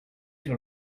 sur